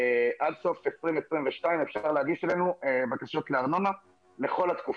עד סוף 2022 אפשר להגיש אלינו בקשות לארנונה לכל התקופות.